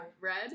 Red